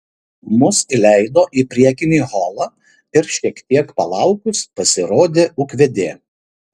mus įleido į priekinį holą ir šiek tiek palaukus pasirodė ūkvedė